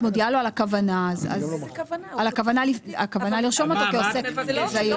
את מודיעה לו על הכוונה לרשום אותו כעוסק זעיר?